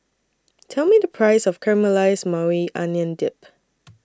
Tell Me The Price of Caramelized Maui Onion Dip